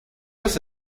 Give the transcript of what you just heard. los